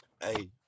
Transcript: Hey